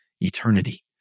eternity